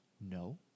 no